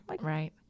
right